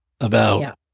about-